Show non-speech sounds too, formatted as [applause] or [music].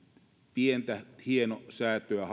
pientä hienosäätöä [unintelligible]